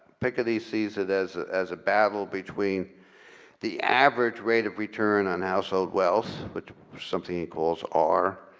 picca-dees sees it as as a battle between the average rate of return on household wealth, which something he calls r.